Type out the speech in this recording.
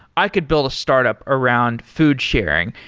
i could build a startup around food sharing.